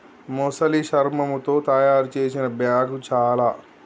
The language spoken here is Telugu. మొసలి శర్మముతో తాయారు చేసిన బ్యాగ్ చాల